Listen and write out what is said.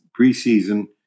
preseason